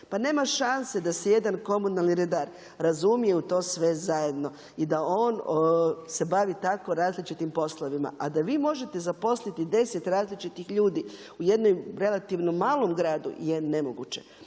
pa nema šanse da se jedan komunalni redar razumije u to sve zajedno. I da on se bavi tako različitim poslovima a da vi možete zaposliti 10 različitih ljudi u jednom relativnom malom gradu je nemoguće.